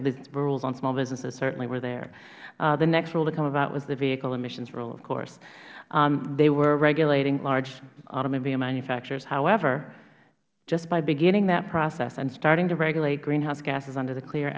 of this rule on small businesses certainly were there the next rule to come about was the vehicle emissions rule of course they were regulating large automobile manufacturers however just by beginning that process and starting to regulate greenhouse gases under the clea